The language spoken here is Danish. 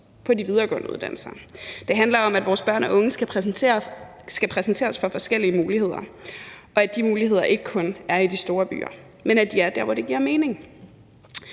på de videregående uddannelser. Det handler om, at vores børn og unge skal præsenteres for forskellige muligheder, og at de muligheder ikke kun er i de store byer, men at de er der, hvor det giver mening.